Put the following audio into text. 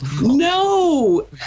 No